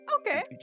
Okay